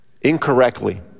incorrectly